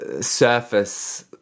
surface